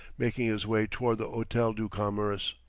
making his way toward the hotel du commerce.